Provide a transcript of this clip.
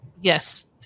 yes